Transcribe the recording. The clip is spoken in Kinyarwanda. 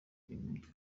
imitwe